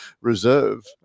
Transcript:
Reserve